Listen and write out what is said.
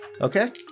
Okay